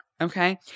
okay